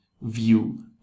view